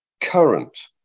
current